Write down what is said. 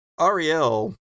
Ariel